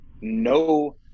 no